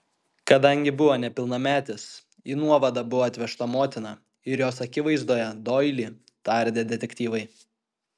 kadangi buvo nepilnametis į nuovadą buvo atvežta motina ir jos akivaizdoje doilį tardė detektyvai